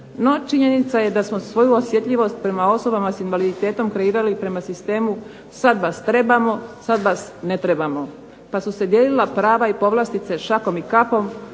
No, činjenica je da smo svoju osjetljivost prema osobama sa invaliditetom kreirali prema sistemu sad vas trebamo sad vas ne trebamo, pa su se dijelila prava i povlastice šakom i kapom,